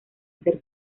ser